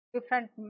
Different